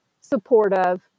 supportive